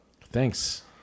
Thanks